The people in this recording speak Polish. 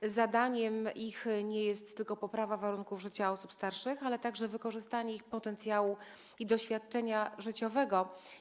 Ich zadaniem jest nie tylko poprawa warunków życia osób starszych, ale także wykorzystanie ich potencjału i doświadczenia życiowego.